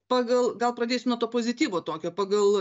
pagal gal pradėsiu nuo to pozityvo tokio pagal